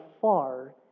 far